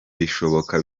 bishoboka